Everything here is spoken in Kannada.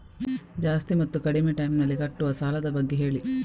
ಜಾಸ್ತಿ ಮತ್ತು ಕಡಿಮೆ ಟೈಮ್ ನಲ್ಲಿ ಕಟ್ಟುವ ಸಾಲದ ಬಗ್ಗೆ ಹೇಳಿ